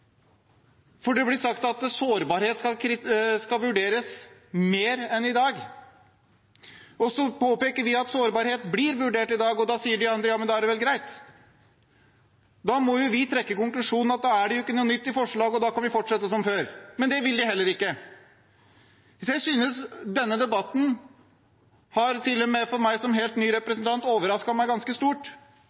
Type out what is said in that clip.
for det blir sagt at sårbarhet skal vurderes mer enn i dag. Så påpeker vi at sårbarhet blir vurdert i dag, og da sier de andre at da er det vel greit. Da må jo vi trekke konklusjonen at det ikke er noe nytt i forslaget, og at vi da kan fortsette som før. Men det vil de heller ikke. Denne debatten har overrasket til og med meg – som helt ny representant – ganske stort.